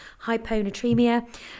hyponatremia